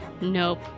Nope